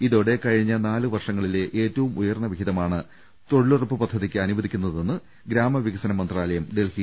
ഇതോടെ കഴിഞ്ഞ നാലുവർഷങ്ങളിലെ ഏറ്റവും ഉയർന്ന വിഹിതമാണ് തൊഴിലുറപ്പ് പദ്ധതിക്ക് അനുവദിക്കുന്നതെന്ന് ഗ്രാമവികസന മന്ത്രാലയം ഡൽഹിയിൽ അറിയിച്ചു